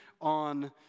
on